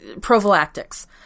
prophylactics